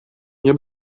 nie